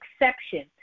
exception